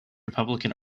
republican